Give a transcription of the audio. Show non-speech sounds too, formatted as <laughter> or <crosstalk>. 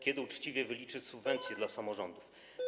Kiedy uczciwie wyliczy subwencje <noise> dla samorządów?